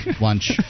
lunch